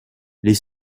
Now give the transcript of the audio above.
les